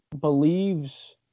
believes